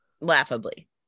Laughably